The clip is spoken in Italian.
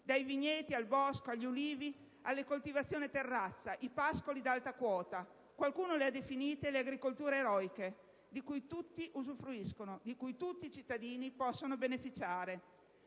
(dai vigneti, al bosco, agli ulivi, alle coltivazioni a terrazza, ai pascoli d'alta quota). Qualcuno le ha definite le agricolture eroiche, di cui tutti usufruiscono, di cui tutti i cittadini possono beneficiare.